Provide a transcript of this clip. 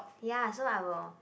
ya so I will